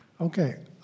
okay